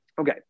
Okay